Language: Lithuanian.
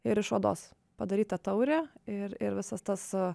ir iš odos padaryta taurė ir ir visas tas